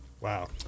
Wow